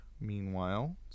meanwhile